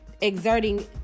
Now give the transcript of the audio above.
exerting